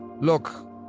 Look